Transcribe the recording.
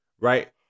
right